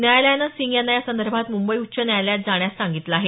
न्यायालयानं सिंग यांना यासंदर्भात मुंबई उच्च न्यायालयात जाण्यास सांगितलं आहे